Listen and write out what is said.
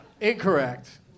incorrect